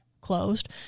closed